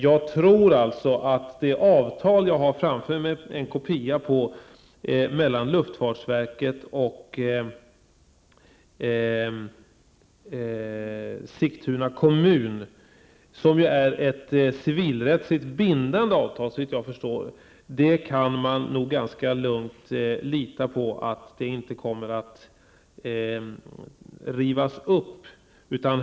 Jag tror alltså att man kan lita på att avtalet mellan luftfartsverket och Sigtuna kommun, som såvitt jag förstår är ett civilrättsligt bindande avtal -- jag har en kopia av det framför mig -- inte kommer att rivas upp.